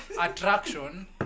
Attraction